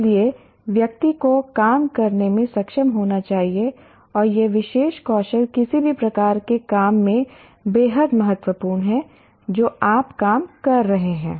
इसलिए व्यक्ति को काम करने में सक्षम होना चाहिए और यह विशेष कौशल किसी भी प्रकार के काम में बेहद महत्वपूर्ण है जो आप काम कर रहे हैं